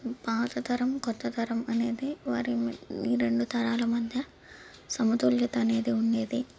పాతతరం కొత్తతరం అనేది వారి ఈ రెండు తరాల మధ్య సమతుల్యత అనేది ఉండేది